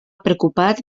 preocupat